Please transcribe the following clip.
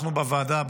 אנחנו בוועדה,